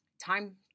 time